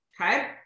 Okay